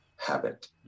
habit